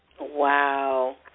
Wow